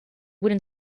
wooden